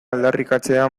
aldarrikatzea